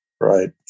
right